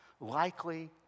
likely